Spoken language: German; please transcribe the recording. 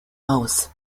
aus